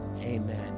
amen